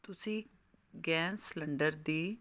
ਤੁਸੀਂ gas cylinder ਦੀ